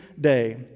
day